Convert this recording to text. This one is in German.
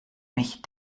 mich